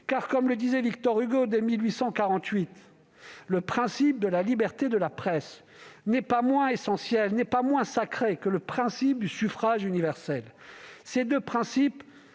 Car comme le déclarait Victor Hugo dès 1848 :«[...] Le principe de la liberté de la presse n'est pas moins essentiel, n'est pas moins sacré que le principe du suffrage universel. [...] Ces deux principes